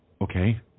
Okay